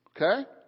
Okay